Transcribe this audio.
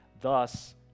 Thus